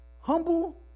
humble